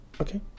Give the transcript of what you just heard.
Okay